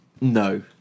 No